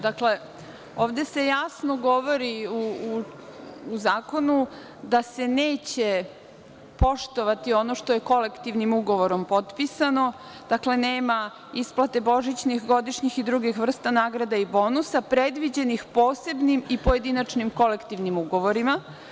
Dakle, ovde se jasno govori u zakonu da se neće poštovati ono što je kolektivnim ugovorom potpisano, dakle, nema isplate božićnih, godišnjih i drugih vrsta nagrada i bonusa, predviđenih posebnim i pojedinačnim kolektivnim ugovorima.